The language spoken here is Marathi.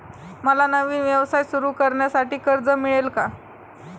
मला नवीन व्यवसाय सुरू करण्यासाठी कर्ज मिळेल का?